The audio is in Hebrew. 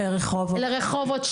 לרחובות,